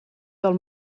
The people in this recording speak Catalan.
del